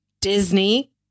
Disney